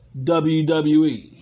WWE